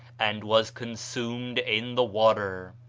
and was consumed in the water.